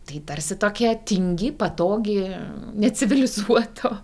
tai tarsi tokia tingi patogi necivilizuoto